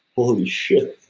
ah holy shit.